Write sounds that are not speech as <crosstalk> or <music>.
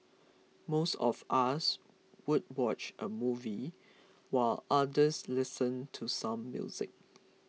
<noise> most of us would watch a movie while others listen to some music